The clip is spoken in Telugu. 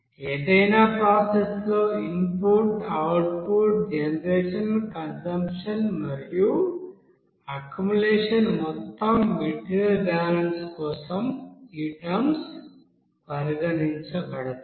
ఏదైనా ప్రాసెస్ లో ఇన్పుట్ అవుట్పుట్ జనరేషన్ కంజంప్షన్ మరియు అక్యుములేషన్ మొత్తం మెటీరియల్ బ్యాలెన్స్ కోసం ఈ టర్మ్స్ పరిగణించబడతాయి